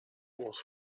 was